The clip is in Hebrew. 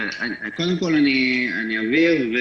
קודם כול, אני אבהיר.